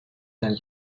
and